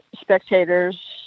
spectators